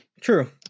True